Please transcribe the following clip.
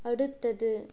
அடுத்தது